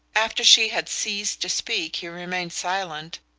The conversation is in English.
after she had ceased to speak he remained silent,